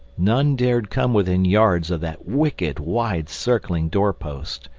none dared come within yards of that wicked, wide-circling door-post.